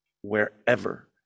wherever